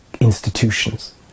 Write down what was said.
institutions